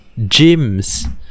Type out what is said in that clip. Gyms